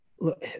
Look